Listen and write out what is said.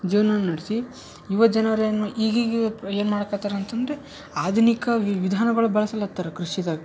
ಜೀವ್ನನ ನಡೆಸಿ ಯುವ ಜನರೇನು ಈಗೀಗ ಏನು ಮಾಡಕತ್ತಾರೆ ಅಂತಂದರೆ ಆಧುನಿಕ ವಿಧಾನಗಳು ಬಳಸಲತ್ತರ ಕೃಷಿದಾಗ